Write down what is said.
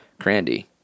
Crandy